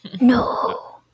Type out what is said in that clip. No